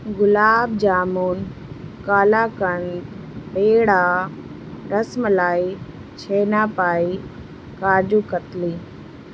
گلاب jamun kalakand peda rasmalai chhena پائی کاجو کتلی